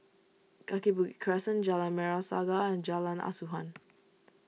Kaki Bukit Crescent Jalan Merah Saga and Jalan Asuhan